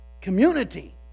community